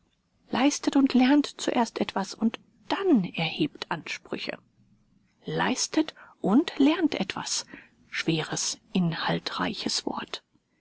leistet und lernt zuerst etwas und dann erhebt ansprüche leistet und lernt etwas schweres inhaltreiches wort